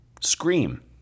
scream